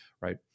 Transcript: right